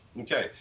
okay